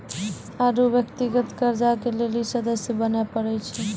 आरु व्यक्तिगत कर्जा के लेली सदस्य बने परै छै